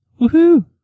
woohoo